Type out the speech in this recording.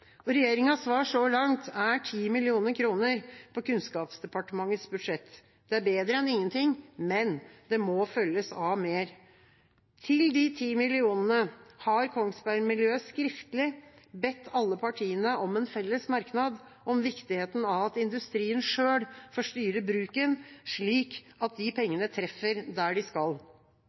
svar så langt er 10 mill. kr på Kunnskapsdepartementets budsjett. Det er bedre enn ingenting, men det må følges av mer. Til de ti millionene har Kongsberg-miljøet skriftlig bedt alle partiene om en felles merknad om viktigheten av at industrien selv får styre bruken, slik at pengene treffer der de skal.